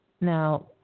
Now